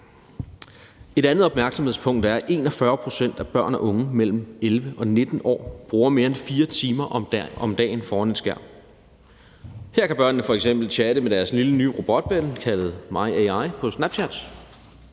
Et andet opmærksomhedspunkt er, at 41 pct. af børn og unge mellem 11 og 19 år bruger mere end 4 timer om dagen foran en skærm. Her kan børnene f.eks. chatte med deres lille ny robotven kaldet My AI på Snapchat.